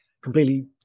Completely